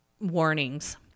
warnings